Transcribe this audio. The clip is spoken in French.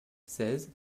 seize